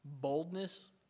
boldness